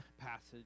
passage